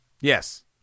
Yes